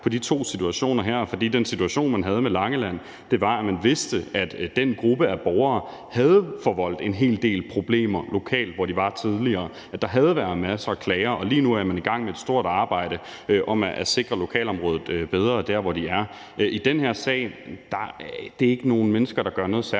på de to situationer her, fordi den situation, man havde med Langeland, var, at man vidste, at den gruppe af borgere havde forvoldt en hel del problemer lokalt, hvor de var tidligere, og at der havde været masser af klager, og lige nu er man i gang med et stort arbejde med at sikre lokalområdet bedre der, hvor de er. I den her sag er det ikke nogle mennesker, der gør noget særligt